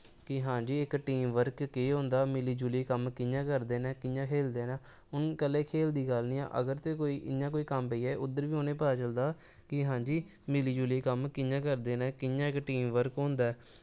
कि हां जी इक टीम बर्क केह् होंदा मिली जुली कम्म कि'यां करदे न कि'यां खेलदे न हून कल्ले खेल दी गल्ल निं ऐ ते इ'यां कोई कम्म पेई जाए उद्धर बी उ'नें गी पता चलदा कि हां जी मिली जुली कम्म कि'यां करदे न कि'यां इक टीम बर्क होंदा ऐ